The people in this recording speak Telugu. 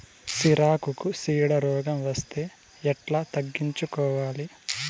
సిరాకుకు చీడ రోగం వస్తే ఎట్లా తగ్గించుకోవాలి?